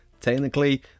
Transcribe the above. technically